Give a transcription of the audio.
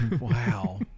wow